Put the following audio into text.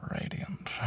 radiant